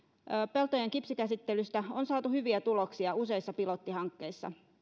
peltojen kipsikäsittelystä on saatu hyviä tuloksia useissa pilottihankkeissa